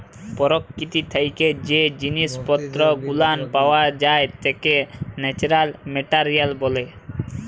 পরকীতি থাইকে জ্যে জিনিস পত্তর গুলান পাওয়া যাই ত্যাকে ন্যাচারাল মেটারিয়াল ব্যলে